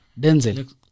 Denzel